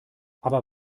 aber